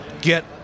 get